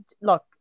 look